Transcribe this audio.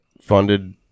funded